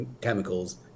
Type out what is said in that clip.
chemicals